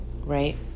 Right